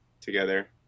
together